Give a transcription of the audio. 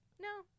No